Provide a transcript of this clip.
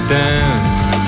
dance